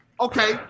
okay